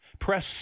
Press